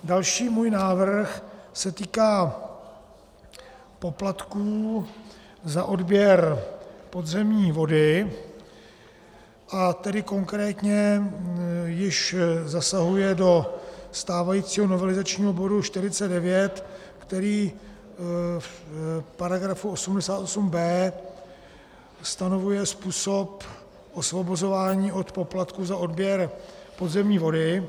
Další můj návrh se týká poplatků za odběr podzemní vody, a tedy konkrétně již zasahuje do stávajícího novelizačního bodu 49, který v § 88b stanovuje způsob osvobozování od poplatku za odběr podzemní vody.